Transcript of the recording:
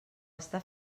està